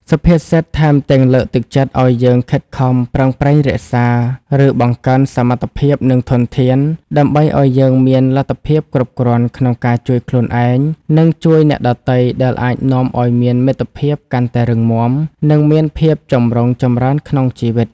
សុភាសិតថែមទាំងលើកទឹកចិត្តឱ្យយើងខិតខំប្រឹងប្រែងរក្សា ឬបង្កើនសមត្ថភាព និងធនធាន ដើម្បីឱ្យយើងមានលទ្ធភាពគ្រប់គ្រាន់ក្នុងការជួយខ្លួនឯង និងជួយអ្នកដទៃ ដែលអាចនាំឱ្យមានមិត្តភាពកាន់តែរឹងមាំ និងមានភាពចម្រុងចម្រើនក្នុងជីវិត។